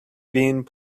being